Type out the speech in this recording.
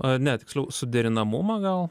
ar ne tiksliau suderinamumą gal